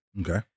Okay